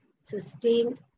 sustained